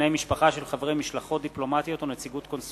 בשכר של בני משפחה של חברי משלחות דיפלומטיות או נציגות קונסולרית.